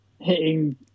hitting